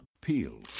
Peel